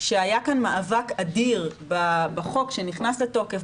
שהיה כאן מאבק אדיר בחוק שנכנס לתוקף,